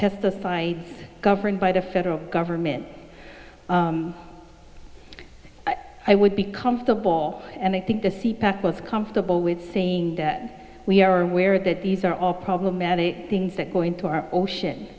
pesticides governed by the federal government i would be comfortable and i think the sea pack was comfortable with saying that we are aware that these are all problematic things that go into our ocean